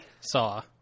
saw